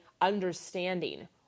Understanding